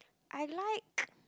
I like